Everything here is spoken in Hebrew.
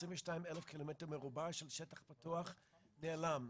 22,000 קמ"ר של שטח פתוח נעלם,